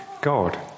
God